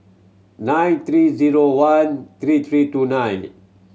nine three zero one three three two nine